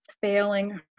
Failing